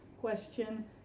question